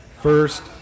First